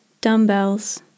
dumbbells